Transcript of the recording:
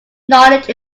knowledge